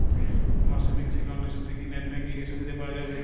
আমার savings account এর সাথে কি নেটব্যাঙ্কিং এর সুবিধা পাওয়া যাবে?